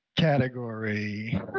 Category